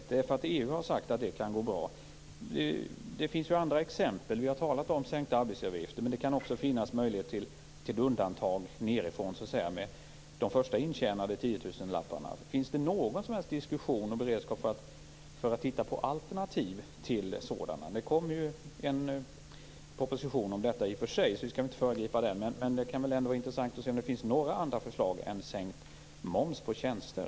Är det för att EU har sagt att det kan gå bra? Det finns ju andra exempel. Vi har talat om sänkta arbetsgivaravgifter, men det kan också finnas möjlighet till undantag nedifrån, så att säga, med de första intjänade tiotusenlapparna. Finns det någon som helst diskussion och beredskap för att titta på alternativ? Nu kommer det ju en proposition om detta i och för sig, och vi skall väl inte föregripa den. Men det kan vara intressant att se om det finns några andra förslag än sänkt moms på tjänster.